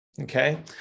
Okay